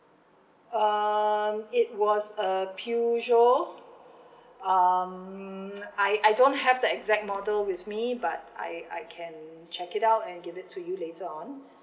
um it was a Peugeot um I I don't have the exact model with me but I I can check it out and give it to you later on